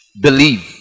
believe